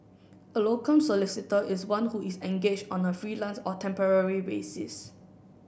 a locum solicitor is one who is engaged on a freelance or temporary basis